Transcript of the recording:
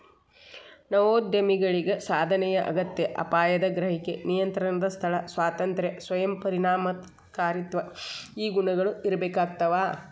ನವೋದ್ಯಮಿಗಳಿಗ ಸಾಧನೆಯ ಅಗತ್ಯ ಅಪಾಯದ ಗ್ರಹಿಕೆ ನಿಯಂತ್ರಣದ ಸ್ಥಳ ಸ್ವಾತಂತ್ರ್ಯ ಸ್ವಯಂ ಪರಿಣಾಮಕಾರಿತ್ವ ಈ ಗುಣಗಳ ಇರ್ಬೇಕಾಗ್ತವಾ